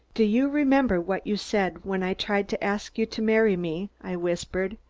do you remember what you said when i tried to ask you to marry me? i whispered.